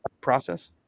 process